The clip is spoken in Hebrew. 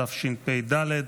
התשפ"ד,